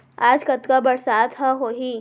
आज कतका बरसात ह होही?